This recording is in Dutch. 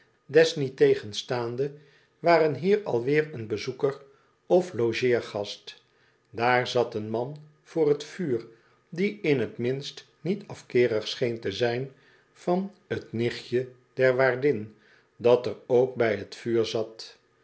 desniettegenstaande waren hier alweer een bezoeker of logeergast daar zat een man voor t vuur die in t minst niet afkeerig scheen te zijn van t nichtje der waardin dat er ook bij t vuur zat